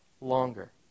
longer